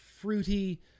fruity